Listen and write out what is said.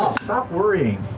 stop worrying.